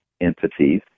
entities